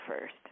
first